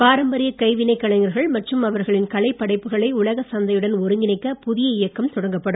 பாரம்பரிய கைவினைக் கலைஞர்கள் மற்றும் அவர்களின் கலைப் படைப்புகளை உலகச் சந்தையுடன் ஒருங்கிணைக்க புதிய இயக்கம் தொடக்கப்படும்